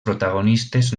protagonistes